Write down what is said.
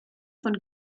von